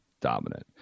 dominant